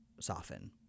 soften